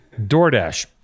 DoorDash